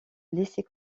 laisser